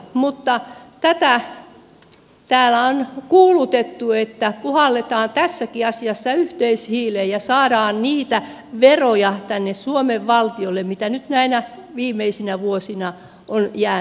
mutta tätä täällä on kuulutettu että puhalletaan tässäkin asiassa yhteishiileen ja saadaan niitä veroja tänne suomen valtiolle mitä nyt näinä viimeisinä vuosina on jäänyt tulematta